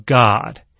God